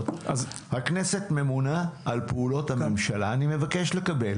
שהכנסת ממונה על פעולות הממשלה אני מבקש לקבל